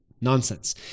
nonsense